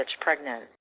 pregnant